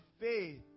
faith